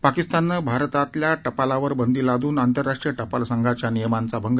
पाकिस्ताननं भारतातील टपालावर बंदी लादून आंतरराष्ट्रीय टपाल संघाच्या नियमांचा भंग